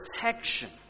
protection